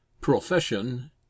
Profession